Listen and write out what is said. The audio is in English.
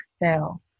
excel